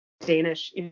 Danish